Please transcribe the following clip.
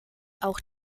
auch